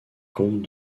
comptes